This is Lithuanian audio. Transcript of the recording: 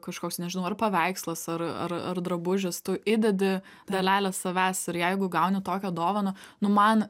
kažkoks nežinau ar paveikslas ar ar ar drabužis tu įdedi dalelę savęs ir jeigu gauni tokią dovaną nu man